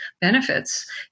benefits